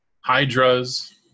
hydras